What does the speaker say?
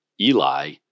Eli